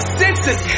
senses